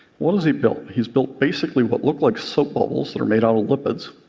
what has he built? he's built basically what looked like soap bubbles that are made out of lipids.